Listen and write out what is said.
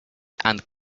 and